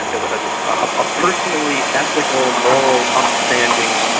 ah ah a personally ethical, moral, upstanding,